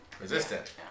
resistant